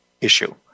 issue